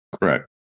Correct